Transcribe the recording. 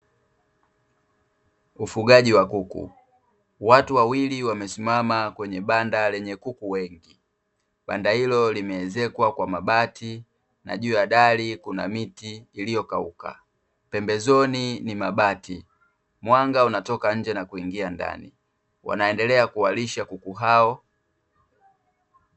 Ufugaji wa kuku, watu wawili wamesimama kwenye banda lenye kuku wengi, banda hilo limeenzekwa kwa mabati na juu ya dari kuna miti iliyokauka, pembezoni ni mabati mwanga unatoka nje na kuingia ndani, wanaendelea kuwalisha kuku hao.